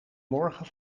morgen